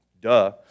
duh